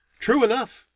true enough!